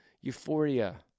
euphoria